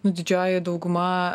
nu didžioji dauguma